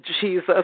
jesus